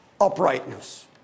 uprightness